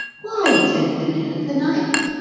why, it's only the middle of the night.